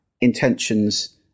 intentions